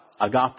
agape